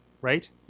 Right